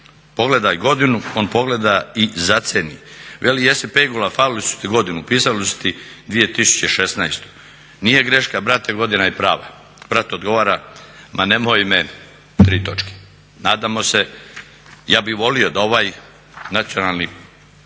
Pogledaj godinu? On pogleda i zacen, veli jesi pegula falili su ti godinu upisali su ti 2016. Nije greška brate godina je prava. Brat odgovara ma nemoj me …" Nadamo se, ja bi volio da ovaj nacionalni